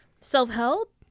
self-help